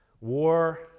War